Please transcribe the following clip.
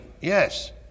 Yes